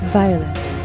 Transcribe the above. violence